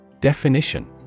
Definition